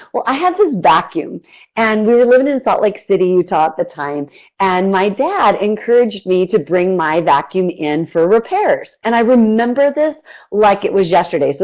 well, i had this vacuum and we were living in salt lake city, utah at the time and my dad encouraged me to bring my vacuum in for repairs and i remember this like it was yesterday. so